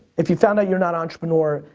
if you found out you're not entrepreneur,